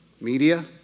media